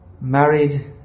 married